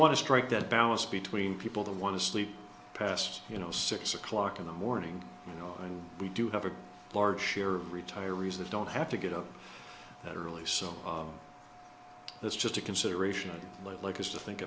want to strike that balance between people who want to sleep past you know six o'clock in the morning you know we do have a large share of retirees that don't have to get up that early so that's just a consideration like has to think